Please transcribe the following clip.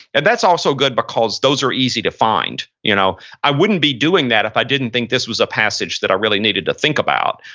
and that's also good because those are easy to find. you know i wouldn't be doing that if i didn't think this was a passage that i really needed to think about.